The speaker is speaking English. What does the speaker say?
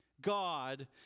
God